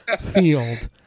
field